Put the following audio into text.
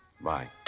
Bye